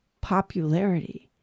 popularity